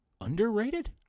underrated